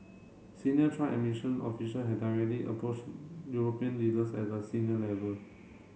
senior Trump administration official had directly approached European leaders at a senior level